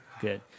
good